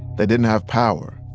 they didn't have power.